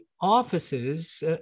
offices